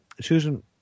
Susan